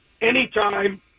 Anytime